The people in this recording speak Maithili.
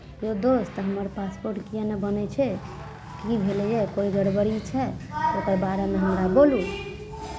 यौ दोस्त हमर पासपोर्ट किएक् नहि बनै छै की भेलैए कोइ गड़बड़ी छै तऽ ओकर बारेमे हमरा बोलू